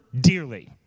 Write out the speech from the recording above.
dearly